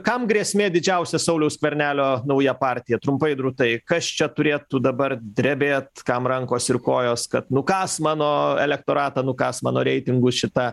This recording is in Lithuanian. kam grėsmė didžiausia sauliaus skvernelio nauja partija trumpai drūtai kas čia turėtų dabar drebėt kam rankos ir kojos kad nukąs mano elektoratą nukąs mano reitingus šita